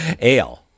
Ale